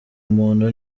muntu